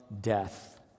death